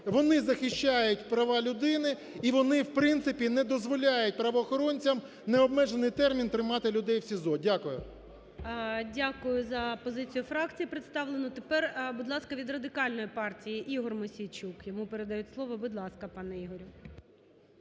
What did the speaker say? Вони захищають права людини і вони, в принципі, не дозволяють правоохоронцям необмежений термін тримати людей в СІЗО. Дякую. ГОЛОВУЮЧИЙ. Дякую за позицію фракції представлену. Тепер, будь ласка, від Радикальної партії Ігор Мосійчук, йому передають слово. Будь ласка, пане Ігорю.